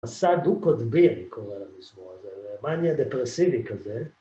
אסא דו קוטבי, מאניה-דפרסיבי כזה.